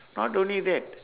not only that